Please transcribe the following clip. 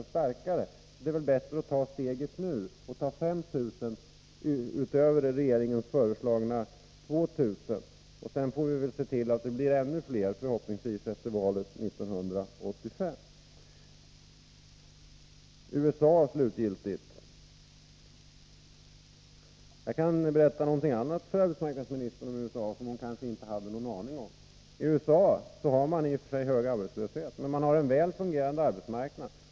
Då är det väl bättre att ta detta steg nu och inrätta 5 000 lärlingsplatser utöver de av regeringen föreslagna 2 000. Sedan får vi väl se till att det blir ännu fler — förhoppningsvis efter valet 1985. När det slutligen gäller USA kan jag berätta något annat för arbetsmarknadsministern om USA som hon kanske inte hade någon aning om. I USA har man i och för sig hög arbetslöshet, men man har en väl fungerande arbetsmarknad.